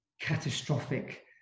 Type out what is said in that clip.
catastrophic